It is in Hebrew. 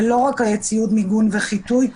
ולא רק ציוד מיגון וחיטוי,